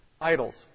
idols